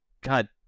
God